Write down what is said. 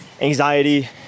Anxiety